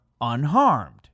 unharmed